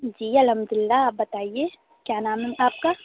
جی الحمد للہ آپ بتائیے کیا نام ہے آپ کا